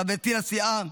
חברתי לסיעה,